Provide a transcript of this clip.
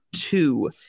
two